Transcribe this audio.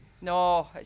No